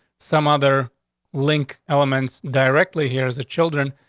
some other link elements directly here is the children.